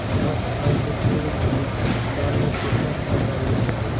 दस आम के पेड़ में साल में केतना खाद्य डाले के होई?